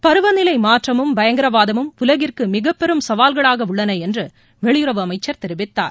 பருவநிலைமாற்றமும் பயங்கரவாதமும் உலகிற்குமிகப்பெரும் சவால்களாகஉள்ளனஎன்றுவெளியுறவு அமைச்சர் தெரிவித்தார்